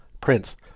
prince